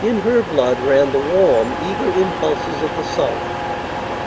in her blood ran the warm, eager impulses of the south